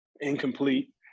incomplete